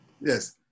yes